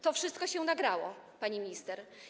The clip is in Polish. To wszystko się nagrało, pani minister.